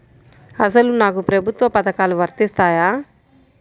అసలు నాకు ప్రభుత్వ పథకాలు వర్తిస్తాయా?